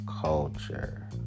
culture